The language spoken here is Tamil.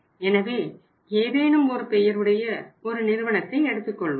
எனவே ஏதேனும் ஒரு பெயருடைய ஒரு நிறுவனத்தை எடுத்துக்கொள்வோம்